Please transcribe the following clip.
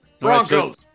Broncos